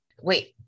wait